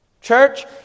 Church